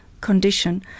condition